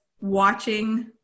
watching